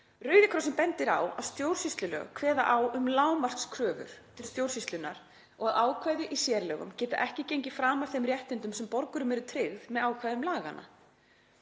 Rauði krossinn bendir á að stjórnsýslulög kveða á um lágmarkskröfur til stjórnsýslunnar og að ákvæði í sérlögum geta ekki gengið framar þeim réttindum sem borgurum eru tryggð með ákvæðum laganna.